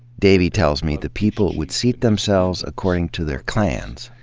davy tells me the people would seat themselves according to their clans.